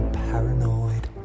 paranoid